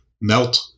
melt